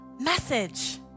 message